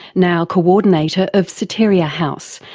now co-ordinator of soteria house,